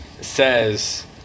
says